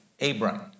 Abram